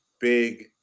big